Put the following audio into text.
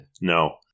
No